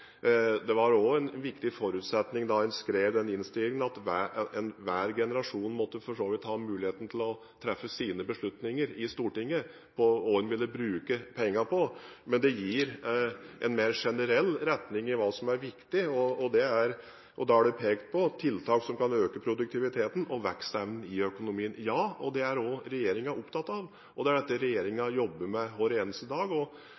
Det var også en viktig forutsetning da en skrev den innstillingen at enhver generasjon for så vidt måtte ha muligheten til å treffe sine beslutninger i Stortinget om hva en vil bruke pengene på. Men det gir en mer generell retning for hva som er viktig. Det er pekt på «… tiltak som kan øke produktiviteten, og dermed vekstevnen, i resten av økonomien.» Det er også regjeringen opptatt av. Det er dette regjeringen jobber med hver eneste dag. Og